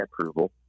approval